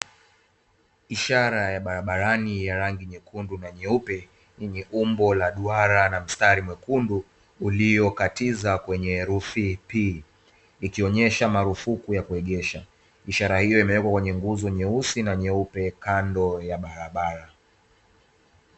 Ishara ya barabarani ya rangi nyekundu na nyeupe, yenye umbo la duara na mstari mwekundu uliokatiza kwenye herufi "P". Ikionesha marufuku ya kuegeasha, ishara iyo imewekwa kwenye nguzo nyeusi na nyeupe kando ya barabara.